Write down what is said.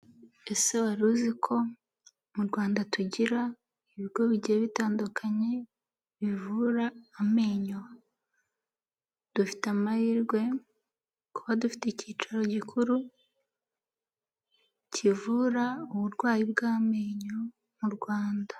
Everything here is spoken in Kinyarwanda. Ese wari uziko mu Rwanda tugira ibigo bigiye bitandukanye bivura amenyo? dufite amahirwe kuba dufite ikicaro gikuru kivura uburwayi bw'amenyo mu Rwanda.